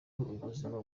ubuzima